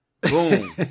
Boom